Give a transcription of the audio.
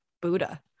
Buddha